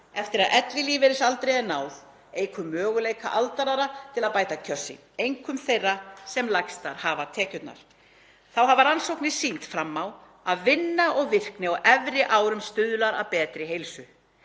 eftir að ellilífeyrisaldri er náð eykur möguleika aldraðra til að bæta kjör sín, einkum þeirra sem lægstar hafa tekjurnar. Þá hafa rannsóknir sýnt fram á að vinna og virkni á efri árum stuðlar að betri heilsu,